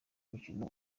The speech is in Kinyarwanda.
umukino